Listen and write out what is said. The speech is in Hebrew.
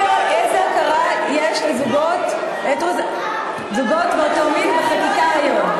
בואו נדבר על ההכרה שיש לזוגות הומוסקסואליים בחקיקה היום.